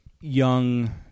young